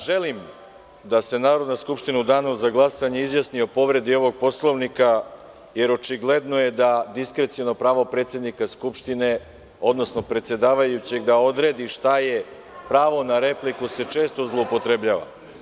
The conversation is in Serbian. Da, želim da se Narodna skupština u danu za glasanje izjasni o povredi Poslovnika jer očigledno je da diskreciono pravo predsednika Skupštine, odnosno predsedavajućeg da odredi šta je pravo na repliku se često zloupotrebljava.